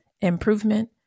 Improvement